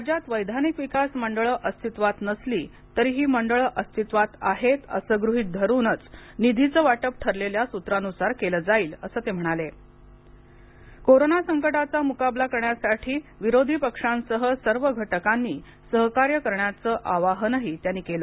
राज्यात वैधानिक विकास मंडळं अस्तित्वात नसली तरी ही मंडळं अस्तित्वात आहेत असं गृहीत धरुन निधीचं वाटप ठरलेल्या सूत्रानुसारच केलं जाईल असं ते म्हणाले कोरोना संकटाचा मुकाबला करण्यासाठी विरोधी पक्षांसह सर्व घटकांनी सहकार्य करण्याचं आवाहनही त्यांनी केलं